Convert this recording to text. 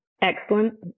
excellent